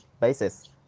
basis